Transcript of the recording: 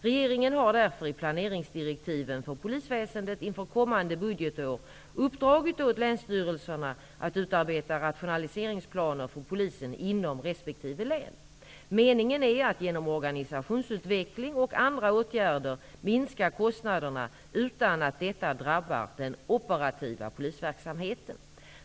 Regeringen har därför i planeringsdirektiven för polisväsendet inför kommande budgetår uppdragit åt länsstyrelserna att utarbeta rationaliseringsplaner för Polisen inom resp. län. Meningen är att genom organisationsutveckling och andra åtgärder minska kostnaderna utan att detta drabbar den operativa polisverksamheten.